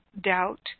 doubt